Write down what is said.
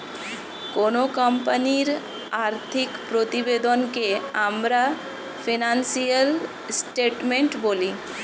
কোনো কোম্পানির আর্থিক প্রতিবেদনকে আমরা ফিনান্সিয়াল স্টেটমেন্ট বলি